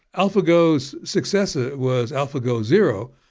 alphago's successor was alphago zero,